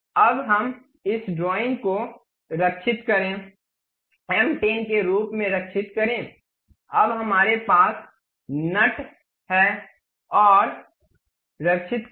अब हम इस ड्राइंग को सेव करें M 10 के रूप में सेव करें अब हमारे पास नट है और सेव करें